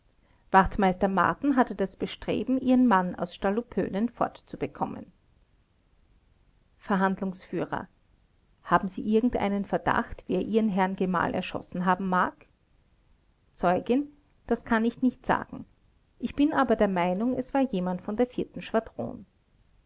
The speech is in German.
wachtmeister marten hatte das bestreben ihren mann aus stallupönen fortzubekommen verhandlungsführer haben sie irgendeinen verdacht wer ihren herrn gemahl erschossen haben mag zeugin das kann ich nicht sagen ich bin aber der meinung es war jemand von der schwadron